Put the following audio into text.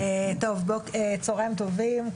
צהריים טובים,